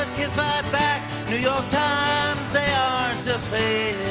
back new york times, they aren't a-failin'